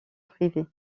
privée